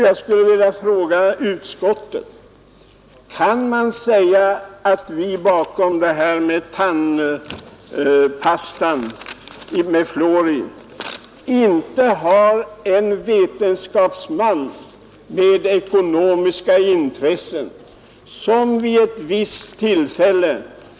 Jag skulle vilja fråga utskottet: Kan man säga att bakom det här med tandpasta med fluor inte finns en vetenskapsman med ekonomiska intressen?